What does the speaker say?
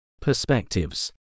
perspectives